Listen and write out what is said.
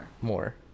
More